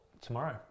tomorrow